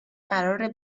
قراره